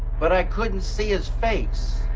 but i couldn't see his face.